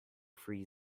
free